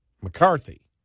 McCarthy